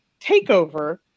takeover